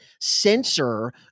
censor